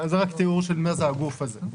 התיאור של מה זה הגוף הזה.